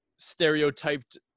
stereotyped